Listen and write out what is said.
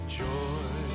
joy